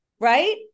right